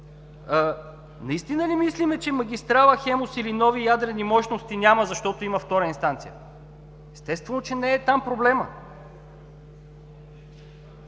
Наистина ли мислим, че магистрала „Хемус“ или нови ядрени мощности няма, защото има втора инстанция? Естествено, че не е там проблемът.